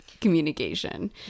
communication